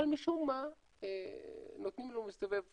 אבל משום מה נותנים לו להסתובב חופשי.